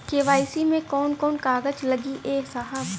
KYC मे कवन कवन कागज लगी ए साहब?